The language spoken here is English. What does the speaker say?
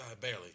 barely